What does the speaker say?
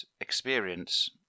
experience